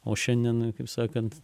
o šiandien kaip sakant